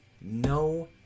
no